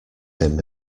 him